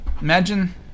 Imagine